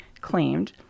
claimed